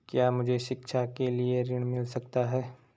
क्या मुझे शिक्षा के लिए ऋण मिल सकता है?